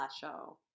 show